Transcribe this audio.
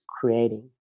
creating